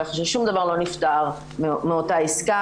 כך ששום דבר לא נפתר מאותה עסקה,